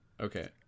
Okay